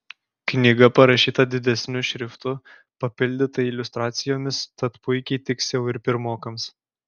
knyga parašyta didesniu šriftu papildyta iliustracijomis tad puikiai tiks jau ir pirmokams